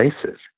places